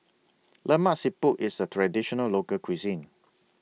Lemak Siput IS A Traditional Local Cuisine